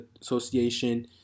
Association